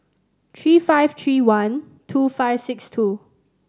three five three one two five six two